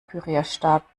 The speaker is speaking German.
pürierstab